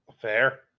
Fair